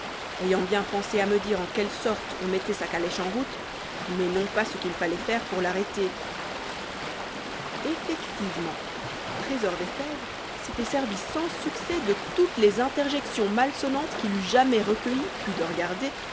ayant bien pensé à me dire en quelle sorte on mettait sa calèche en route mais non pas ce qu'il fallait faire pour l'arrêter effectivement trésor des fèves s'était servi sans succès de toutes les interjections mal sonnantes qu'il eût jamais recueillies pudeur gardée